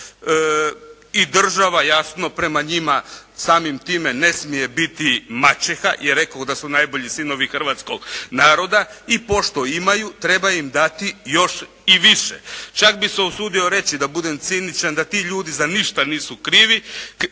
i država jasno prema njima samim time ne smije biti maćeha, jer rekoh da su najbolji sinovi Hrvatskog naroda i pošto imaju treba im dati još i više. Čak bi se usudio reći da budem ciničan da ti ljudi za ništa nisu krivi.